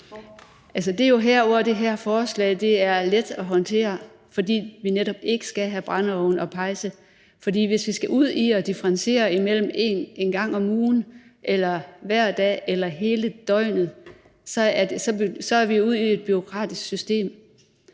det her forslag er let at håndtere, fordi vi netop ikke skal have brændeovne og pejse. For hvis vi skal ud i at differentiere imellem en gang om ugen og hver dag, så er vi ude i et bureaukratisk system.